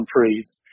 trees